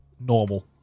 normal